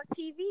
TV